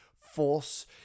force